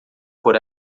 por